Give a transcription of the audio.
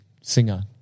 singer